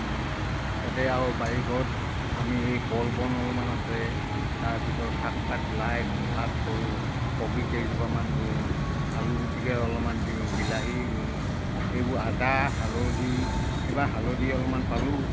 তাতে আৰু বাৰী ঘৰত আমি সেই কল বন অলপমান আছে তাৰপিছত শাক পাত লাই শাক কৰোঁ কবি কেইজোপামান ৰুওঁ আলু গুটিকে অলপমান দিওঁ বিলাহী ৰুওঁ এইবোৰ আদা হালধি এইবাৰ হালধি অলপমান পালোঁ